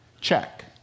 Check